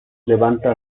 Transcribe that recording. levanta